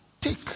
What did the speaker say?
Take